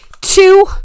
two